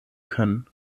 können